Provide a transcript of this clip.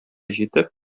җитеп